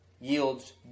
yields